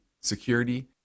security